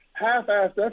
half-assed